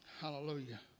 Hallelujah